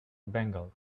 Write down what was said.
bengal